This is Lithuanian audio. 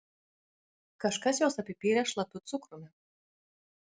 kažkas juos apipylė šlapiu cukrumi